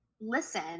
Listen